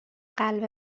قلب